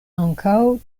ankaŭ